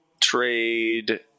trade